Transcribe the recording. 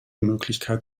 möglichkeit